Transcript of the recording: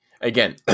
again